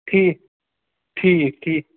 ٹھیٖک ٹھیٖک ٹھیٖک